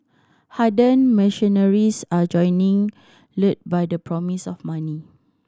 hardened mercenaries are joining lured by the promise of money